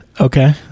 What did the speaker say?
Okay